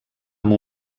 amb